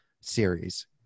series